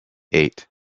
eight